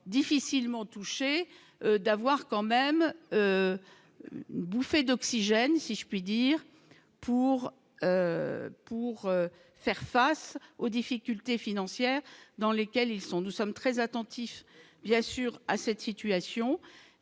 difficilement toucher d'avoir quand même bouffée d'oxygène, si je puis dire, pour pour faire face aux difficultés financières dans lesquelles ils sont nous sommes très attentifs il y assure à cette situation